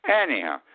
Anyhow